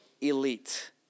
elite